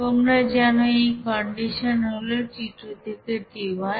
তোমরা জানো এই কন্ডিশন হল t2 থেকে t1